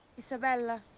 isabella.